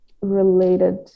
related